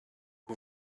who